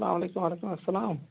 اَسلامُ عَلیکُم وَعلیکُم اَسلام